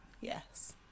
Yes